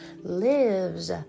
lives